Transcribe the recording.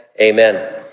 amen